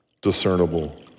discernible